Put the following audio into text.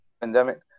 pandemic